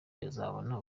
bazabona